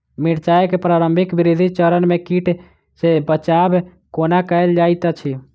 मिर्चाय केँ प्रारंभिक वृद्धि चरण मे कीट सँ बचाब कोना कैल जाइत अछि?